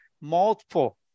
multiple